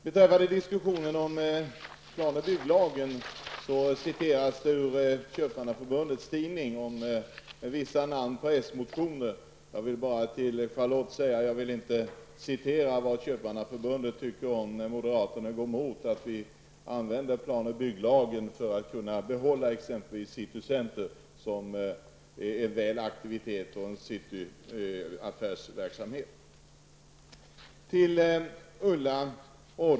Beträffande diskussionen om plan och bygglagen citerades det ur Köpmannaförbundets tidning om vissa namn på socialdemokratiska motioner. Jag vill inte citera vad Köpmannaförbundet tycker om att moderaterna går emot att vi använder plan och bygglagen för att kunna behålla citycenter som är en cityaffärsverksamhet.